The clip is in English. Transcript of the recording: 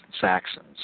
Saxons